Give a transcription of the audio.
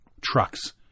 trucks